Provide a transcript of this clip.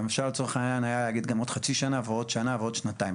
גם אפשר לצורך העניין היה להגיד גם עוד חצי שנה ועוד שנה ועוד שנתיים.